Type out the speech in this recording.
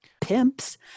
pimps